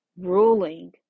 ruling